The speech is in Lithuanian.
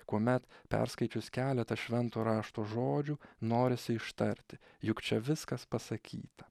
kuomet perskaičius keletą švento rašto žodžių norisi ištarti juk čia viskas pasakyta